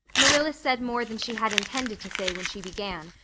marilla said more than she had intended to say when she began,